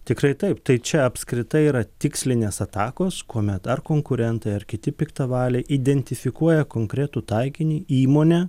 tikrai taip tai čia apskritai yra tikslinės atakos kuomet ar konkurentai ar kiti piktavaliai identifikuoja konkretų taikinį įmonę